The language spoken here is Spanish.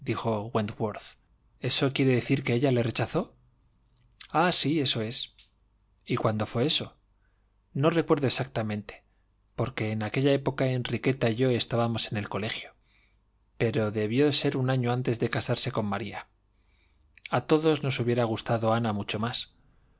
eso quiere decir que ella le rechazó ah sí eso es y cuándo fué eso no recuerdo exactamente porque en aquella época enriqueta y yo estábamos en el colegio pero debió ser un año antes de casarse con maría a todos nos hubiera gustado ana mucho más